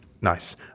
nice